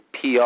PR